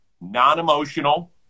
non-emotional